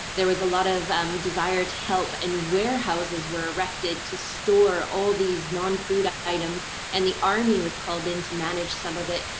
there was a lot of desire to help and warehouses were erected to store all these non-food items and the army was called in to manage some of it.